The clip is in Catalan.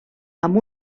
amb